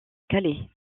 calais